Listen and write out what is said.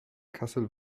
kassel